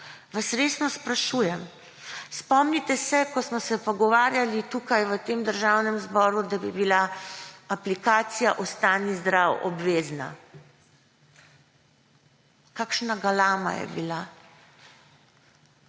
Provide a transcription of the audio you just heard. resno sprašujem, spomnite se, ko smo se pogovarjali v tem državnem zboru, da bi bila aplikacija Ostani zdrav obvezna. Kakšna galama je bila!